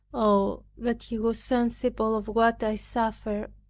oh, that he was sensible of what i suffer!